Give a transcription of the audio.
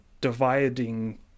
dividing